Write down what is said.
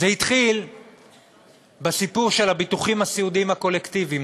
זה התחיל בסיפור של הביטוחים הסיעודיים הקולקטיביים,